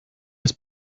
has